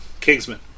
Kingsman